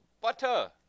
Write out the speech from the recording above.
Butter